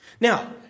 Now